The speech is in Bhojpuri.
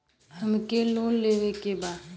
हमके लोन लेवे के बा?